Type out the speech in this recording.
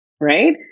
right